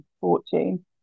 fortune